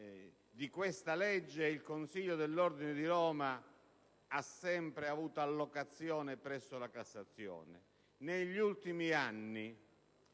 di questa legge, il Consiglio dell'ordine di Roma ha sempre avuto allocazione presso la Cassazione. Negli ultimi anni,